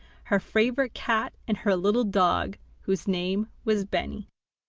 her favourite cat, and her little dog whose name was beni.